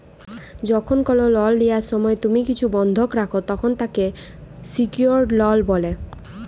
যখল কল লল লিয়ার সময় তুম্হি কিছু বল্ধক রাখ, তখল তাকে সিকিউরড লল ব্যলে